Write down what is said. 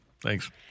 Thanks